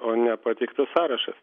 o nepateiktas sąrašas